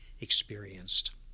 experienced